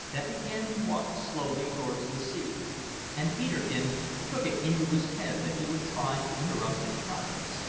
that began to walk slowly towards the sea and peterkin took it into his head that he would try to interrupt its progress,